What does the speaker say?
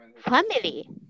family